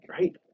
right